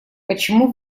почему